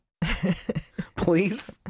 Please